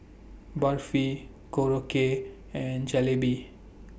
Barfi Korokke and Jalebi